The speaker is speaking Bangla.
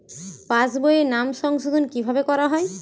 পাশ বইয়ে নাম সংশোধন কিভাবে করা হয়?